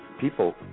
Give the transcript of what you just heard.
people